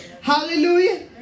Hallelujah